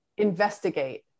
investigate